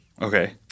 okay